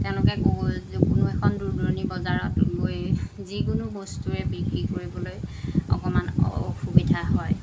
তেওঁলোকে গৈ কোনো এখন দূৰ দূৰণিৰ বজাৰত গৈ যিকোনো বস্তুৱে বিক্ৰী কৰিবলৈ অকণমান অসুবিধা হয়